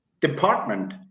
department